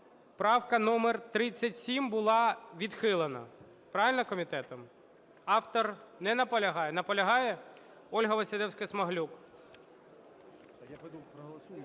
Правка номер 37 була відхилена. Правильно, комітетом? Автор не наполягає? Наполягає? Ольга Василевська-Смаглюк.